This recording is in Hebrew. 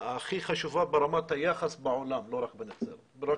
הכי חשובה ברמת היחס בעולם ולא רק בישראל.